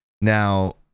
now